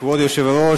כבוד היושב-ראש,